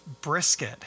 brisket